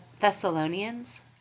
Thessalonians